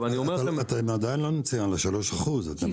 אתם עדיין לא ב-3 אחוזים.